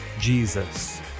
Jesus